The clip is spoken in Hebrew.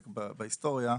להתעסק בהיסטוריה.